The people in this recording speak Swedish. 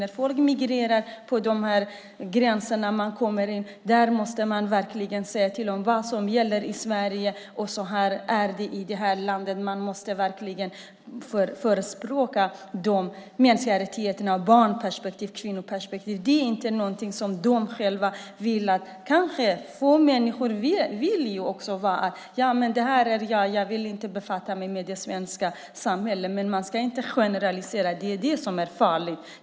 När folk migrerar och kommer hit måste man verkligen tala om vad som gäller i Sverige och hur det är i detta land. Man måste verkligen informera dem om mänskliga rättigheter, barnperspektiv och kvinnoperspektiv. Det finns människor som tänker: Ja, men det här är jag, och jag vill inte befatta mig med det svenska samhället. Men man ska inte generalisera - det är det som är farligt.